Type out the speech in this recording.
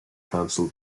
council